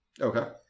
Okay